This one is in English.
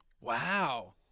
Wow